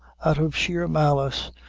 out of sheer malice,